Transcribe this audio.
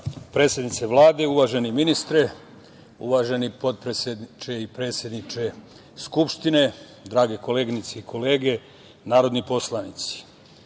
predsednice Vlade, uvaženi ministre, uvaženi potpredsedniče i predsedniče Skupštine, drage koleginice i kolege narodni poslanici,